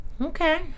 Okay